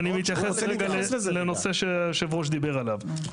אני רוצה רגע להתייחס לנושא שיושב הראש דיבר עליו.